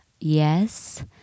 yes